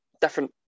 different